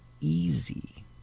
easy